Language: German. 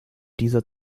dieser